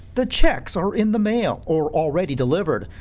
the checks are in the mail or already delivered.